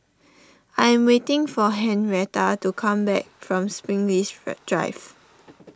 I am waiting for Henretta to come back from Springleaf Drive